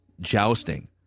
jousting